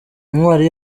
intwari